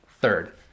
Third